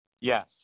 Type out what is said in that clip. Yes